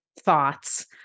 thoughts